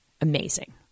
Amazing